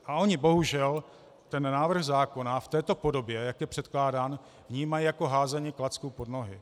A oni bohužel ten návrh zákona v této podobě, jak je předkládán, vnímají jako házení klacků pod nohy.